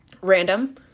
random